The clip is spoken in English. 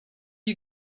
you